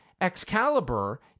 Excalibur